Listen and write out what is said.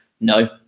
No